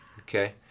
okay